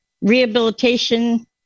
rehabilitation